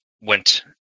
went